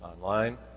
online